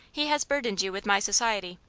he has burdened you with my society.